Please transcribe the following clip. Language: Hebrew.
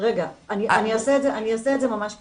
אני אעשה את זה ממש קצר.